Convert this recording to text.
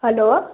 hello